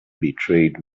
betrayed